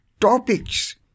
topics